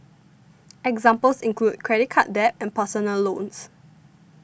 examples include credit card debt and personal loans